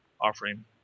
offering